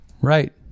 right